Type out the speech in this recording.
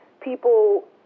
people